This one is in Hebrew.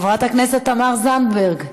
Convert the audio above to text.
חברת הכנסת תמר זנדברג,